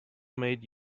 made